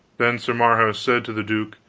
then sir marhaus said to the duke,